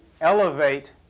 elevate